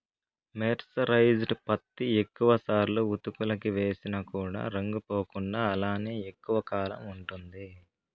mercerised పత్తి ఎక్కువ సార్లు ఉతుకులకి వేసిన కూడా రంగు పోకుండా అలానే ఎక్కువ కాలం ఉంటుంది